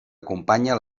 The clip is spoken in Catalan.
acompanya